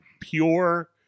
pure